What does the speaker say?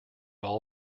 all